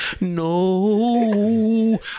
No